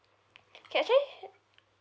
you can actually